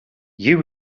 you